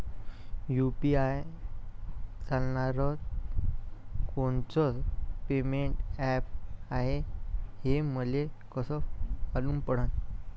UPI चालणारं कोनचं payment app हाय, हे मले कस मालूम पडन?